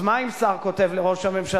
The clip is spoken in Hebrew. אבל כשלא